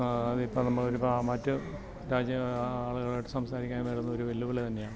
അതിപ്പം നമ്മൾ ഒരു മറ്റ് രാജ്യ ആളുകളുവായിട്ട് സംസാരിക്കാൻ വരുന്നത് ഒര് വെല്ലുവിളി തന്നെയാണ്